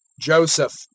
joseph